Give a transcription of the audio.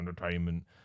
entertainment